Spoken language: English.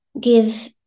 give